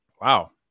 wow